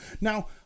Now